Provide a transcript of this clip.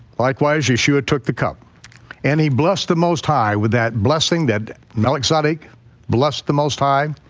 likewise yeshua took the cup and he blessed the most high with that blessing that melexodi blessed the most high.